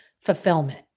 fulfillment